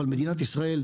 אבל מדינת ישראל,